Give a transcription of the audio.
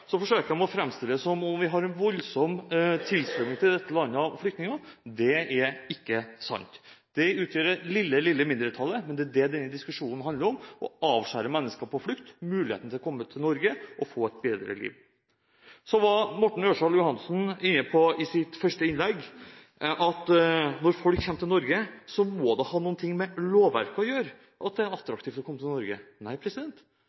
Så forsøker de å framstille det som om vi har en voldsom tilstrømming av flyktninger til dette landet. Det er ikke sant. De utgjør det lille, lille mindretallet, men det denne diskusjonen handler om, er å avskjære mennesker på flukt fra muligheten til å komme til Norge og få et bedre liv. Morten Ørsal Johansen var i sitt første innlegg inne på at når folk kommer til Norge, må det må ha noe med lovverket å gjøre, at det er attraktivt for folk å komme til Norge. Nei,